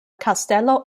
kastelo